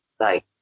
right